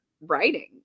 writing